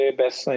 best